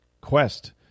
quest